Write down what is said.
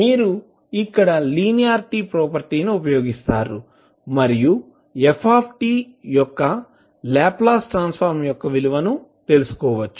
మీరు ఇక్కడ linearity property ని ఉపయోగిస్తారు మరియు f యొక్క లాప్లాస్ ట్రాన్సఫార్మ్ యొక్క విలువను తెలుసుకోవచ్చు